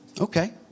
Okay